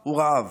הוא רעב.